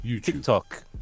TikTok